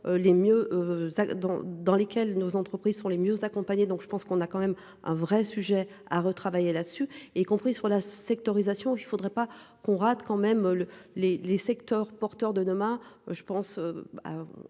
dans lesquelles nos entreprises sont les mieux accompagner donc je pense qu'on a quand même un vrai sujet à retravailler la su et compris sur la sectorisation. Il ne faudrait pas qu'on rate quand même le les les secteurs porteurs de demain je pense.